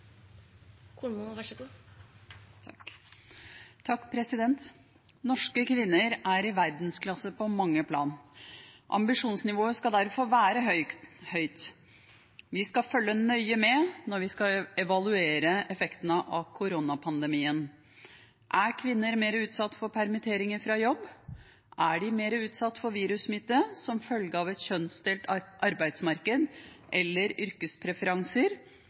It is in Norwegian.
i verdensklasse på mange plan. Ambisjonsnivået skal derfor være høyt, vi skal følge nøye med når vi skal evaluere effektene av koronapandemien. Er kvinner mer utsatt for permitteringer fra jobb? Er de mer utsatt for virussmitte som følge av et kjønnsdelt arbeidsmarked eller yrkespreferanser?